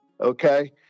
Okay